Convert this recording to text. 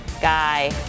Guy